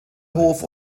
hof